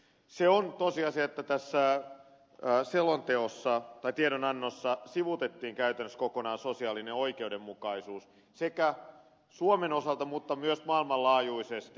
se on tosiasia että tässä tiedonannossa sivuutettiin käytännössä kokonaan sosiaalinen oikeudenmukaisuus sekä suomen osalta että myös maailmanlaajuisesti